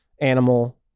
Animal